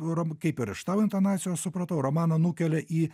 rom kaip ir aš tau intonacijos supratau romaną nukelia į